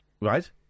Right